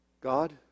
God